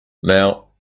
now